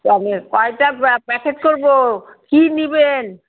তাহলে কয়টা প্যাকেট করবো কী নেবেন